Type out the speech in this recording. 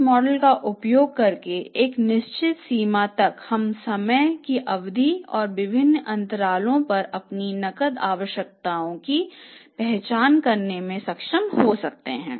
इस मॉडल का उपयोग करके एक निश्चित सीमा तक हम समय की अवधि और विभिन्न अंतरालों पर अपनी नकद आवश्यकताओं की पहचान करने में सक्षम हो सकते हैं